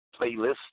playlist